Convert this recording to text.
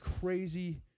crazy